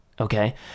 okay